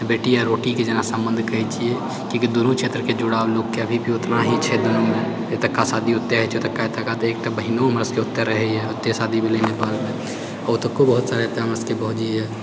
बेटी आ रोटीके जेना सम्बन्ध कहै छियै किआकि दुनू क्षेत्रके जुड़ाव लोकके भी उतना ही छै दुनूमे एतुका शादी ओतऽ ओतुका एतुका तऽ एकटा बहिनो हमरा सबके ओतय रहैए शादी भेलै नेपालमे ओतुका बहुत सारे हमरा सबके भौजी यऽ